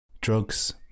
drugs